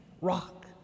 rock